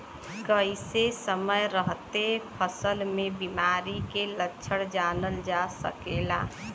कइसे समय रहते फसल में बिमारी के लक्षण जानल जा सकेला?